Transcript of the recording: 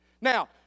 Now